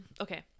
Okay